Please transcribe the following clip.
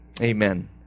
amen